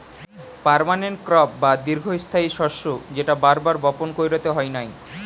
permanent crop বা দীর্ঘস্থায়ী শস্য যেটা বার বার বপণ কইরতে হয় নাই